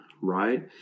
right